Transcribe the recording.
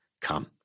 come